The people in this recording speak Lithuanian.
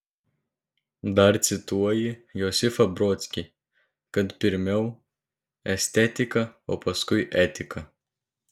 dar cituoji josifą brodskį kad pirmiau estetika o paskui etika